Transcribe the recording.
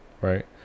right